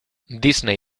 disney